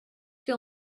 que